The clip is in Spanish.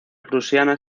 prusiana